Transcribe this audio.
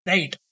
Right